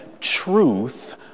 truth